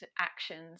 actions